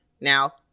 Now